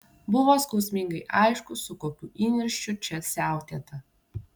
buvo skausmingai aišku su kokiu įniršiu čia siautėta